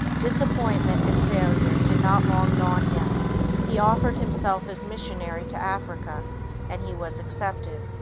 disappointment and failure did not long daunt him he offered himself as missionary to africa and he was accepted.